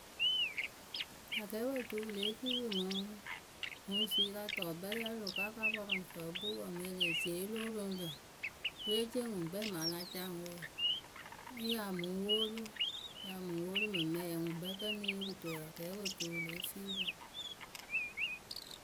Akɛɛpǝ tuu wɨ lée fii pɨ mɨŋ mɨŋ suyǝ la tɔɔ kpɛrɛwǝ wǝ́ o loh ko a ka pɔrʊ ŋwɨ fǝǝ kpɨ wǝǝ mɨŋ e lee ci eyee lóo roŋ lǝ̈ perecee ŋwɨ ŋkpɛ mɨŋ a la ca ŋwɨ wǝǝ ŋ ya mɨ ŋ woolu mɨŋ mɛɛ ŋwɨ ŋkpɛ kǝ́ née yee kɨto wǝǝ akɛɛpǝ tuu wǝ lée fii pɨ.